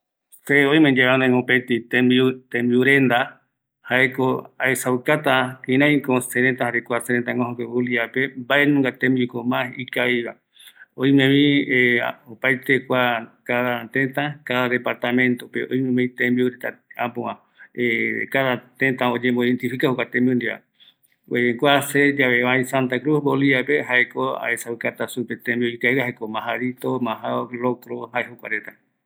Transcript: ﻿ Se oime yave anoi mopeti tembiu tembiu renda, jaeko aesaukata kiraiko serëta jare kua sërëtaïguape boliviape mbaenunga tembiuko ma ikaviva, oimevi opaete kua cada tëta, cada departamentope oime tembiu reta äpova cada tëta oyembo identifica jokua tembiu ndiveva porque se yave aë kua Santa Cruz Boliviape jaeko aesaukata supe tembiu ikavigue jaeko majadito majao, lovro jae jokua reta